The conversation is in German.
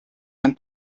ein